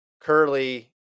curly